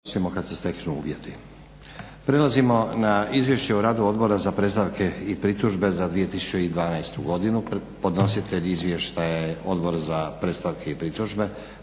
Prelazimo na - Izvješće o radu Odbora za predstavke i pritužbe za 2012. godinu Podnositelj izvješća je Odbor za predstavke i pritužbe